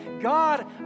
God